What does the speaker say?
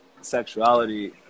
sexuality